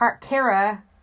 Kara